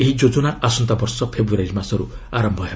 ଏହି ଯୋଜନା ଆସନ୍ତା ବର୍ଷ ଫେବୃୟାରୀ ମାସରୁ ଆରମ୍ଭ ହେବ